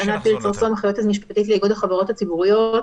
בסעיפים שכבר דיברנו עליהם.